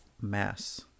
Mass